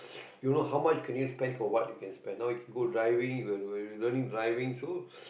you know how much can you spend for what you can spend now you can go driving you you learning driving so